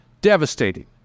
Devastating